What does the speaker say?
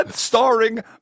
starring